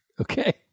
Okay